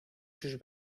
sus